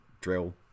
drill